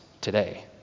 today